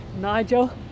nigel